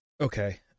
Okay